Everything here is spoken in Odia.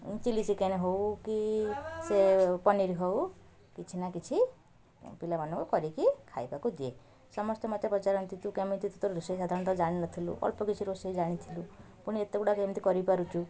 ଉଁ ଚିଲ୍ଲୀ ଚିକେନ୍ ହେଉ କି ସେ ପନିର ହେଉ କିଛି ନା କିଛି ପିଲାମାନଙ୍କୁ କରିକି ଖାଇବାକୁ ଦିଏ ସମସ୍ତେ ମୋତେ ପଚାରନ୍ତି ତୁ କେମିତି ତୁ ତ ରୋଷେଇ ସାଧାରଣତଃ ଜାଣିନଥିଲୁ ଅଳ୍ପ କିଛି ରୋଷେଇ ଜାଣିଥିଲୁ ପୁଣି ଏତେଗୁଡ଼ା କେମିତି କରିପାରୁଛୁ